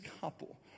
couple